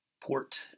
port